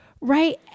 right